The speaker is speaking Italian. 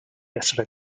essere